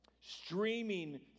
streaming